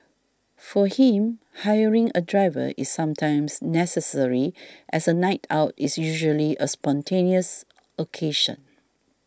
for him hiring a driver is sometimes necessary as a night out is usually a spontaneous occasion